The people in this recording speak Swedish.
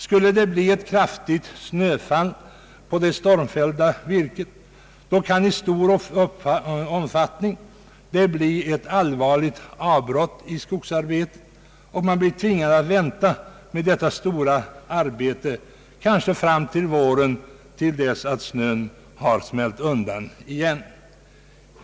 Skulle det bli ett kraftigt snöfall på det stormfällda virket, kan ett allvarligt avbrott i skogsarbetet uppstå, och man kan bli tvungen att vänta med detta stora arbete, kanske fram till våren då snön har smält undan igen.